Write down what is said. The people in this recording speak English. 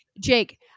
Jake-